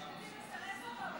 שהם רוצים לסרס אותו.